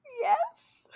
Yes